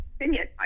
opinion